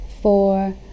four